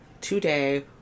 today